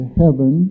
heaven